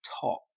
top